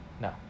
No